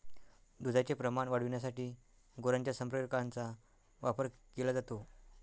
दुधाचे प्रमाण वाढविण्यासाठी गुरांच्या संप्रेरकांचा वापर केला जातो